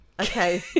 okay